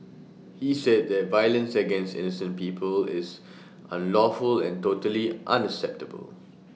he said that violence against incent people is unlawful and totally unacceptable